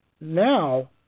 Now